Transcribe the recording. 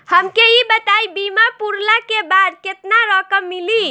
हमके ई बताईं बीमा पुरला के बाद केतना रकम मिली?